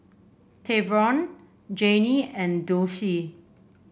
Treyvon Janie and Dulcie